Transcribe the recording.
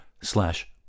slash